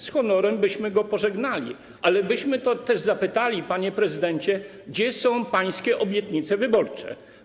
Z honorem byśmy go pożegnali, ale byśmy też zapytali: Panie prezydencie, gdzie są pańskie obietnice wyborcze?